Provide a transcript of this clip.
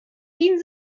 wien